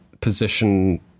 position